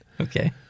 Okay